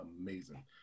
amazing